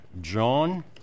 John